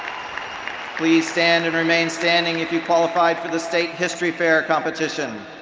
please stand and remain standing if you qualified for the state history fair competition.